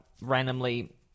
randomly